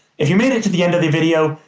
if you made it to the end of the video,